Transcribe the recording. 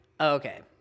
Okay